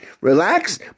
relax